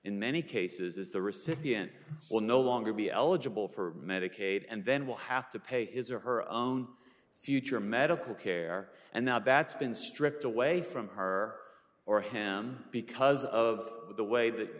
in many cases is the recipient will no longer be eligible for medicaid and then will have to pay his or her own future medical care and the bat's been stripped away from her or him because of the way that